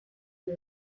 die